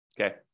Okay